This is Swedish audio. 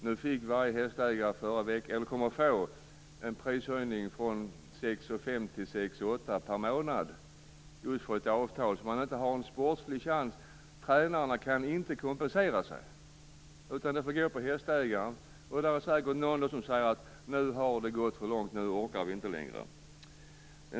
Nu kommer varje hästägare att få en prishöjning från 6 500 kr till 6 800 kr per månad. Man har inte en sportslig chans med detta avtal. Tränarna kan inte kompensera sig. Det får gå på hästägarna. Då är det säkert några som säger: Nu har det gått för långt. Nu orkar vi inte längre.